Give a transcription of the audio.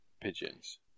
Pigeons